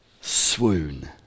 Swoon